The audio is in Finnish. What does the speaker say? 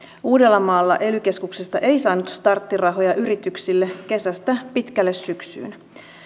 uudellamaalla ely keskuksesta ei saanut starttirahoja yrityksille kesästä pitkälle syksyyn